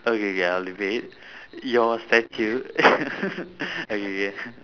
okay K I'll repeat your statue okay K